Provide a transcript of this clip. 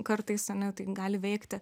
kartais ane tai gali veikti